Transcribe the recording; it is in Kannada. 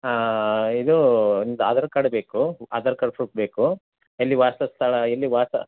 ಹಾಂ ಇದು ನಿಮ್ದು ಆಧಾರ್ ಕಾರ್ಡ್ ಬೇಕು ಆಧಾರ್ ಕಾರ್ಡ್ ಪ್ರೂಫ್ ಬೇಕು ಎಲ್ಲಿ ವಾಸಸ್ಥಳ ಎಲ್ಲಿ ವಾಸ